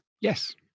Yes